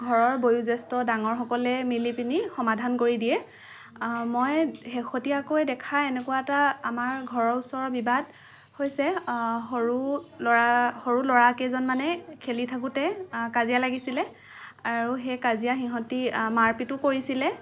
ঘৰৰ বয়োজ্যেষ্ঠ ডাঙৰসকলে মিলি পিনি সমাধান কৰি দিয়ে মই শেহতীয়াকৈ দেখা এনেকুৱা এটা আমাৰ ঘৰৰ ওচৰৰ বিবাদ হৈছে সৰু ল'ৰা সৰু ল'ৰা কেইজনমানে খেলি থাকোঁতে কাজিয়া লাগিছিলে আৰু সেই কাজিয়া সিহঁতি মাৰ পিতো কৰিছিলে